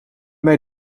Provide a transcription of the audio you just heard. mij